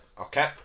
Okay